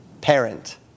parent